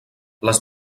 les